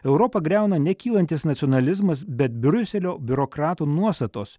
europą griauna ne kylantis nacionalizmas bet briuselio biurokratų nuostatos